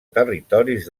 territoris